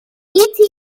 eta